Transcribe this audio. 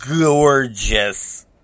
gorgeous